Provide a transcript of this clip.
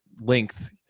length